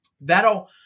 that'll